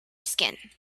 skin